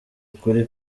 ukuri